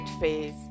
phase